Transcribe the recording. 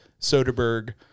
Soderbergh